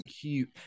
cute